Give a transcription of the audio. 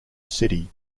city